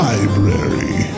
Library